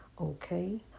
Okay